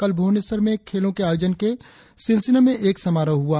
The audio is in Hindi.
कल भुबनेश्वर में खेलों के आयोजन के सिलसिले में एक समारोह हुआ